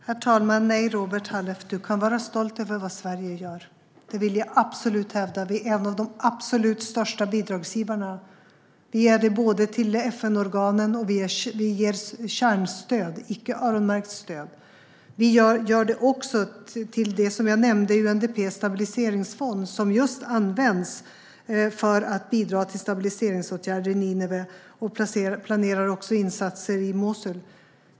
Herr talman! Du kan vara stolt över vad Sverige gör, Robert Halef. Det vill jag absolut hävda. Vi är en av de absolut största bidragsgivarna. Vi ger till FN-organen, och vi ger kärnstöd - icke öronmärkt stöd. Vi ger till det som jag nämnde, UNDP:s stabiliseringsfond, som används just för att bidra till stabiliseringsåtgärder i Nineve och som också planerar insatser i Mosul.